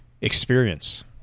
Experience